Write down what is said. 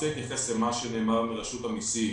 למה שנאמר מרשות המסים.